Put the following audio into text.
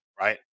right